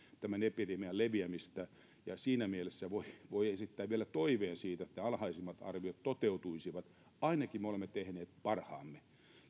tämän epidemian leviämistä ja siinä mielessä voi vielä esittää toiveen siitä että alhaisimmat arviot toteutuisivat ainakin me olemme tehneet parhaamme